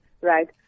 right